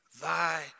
Thy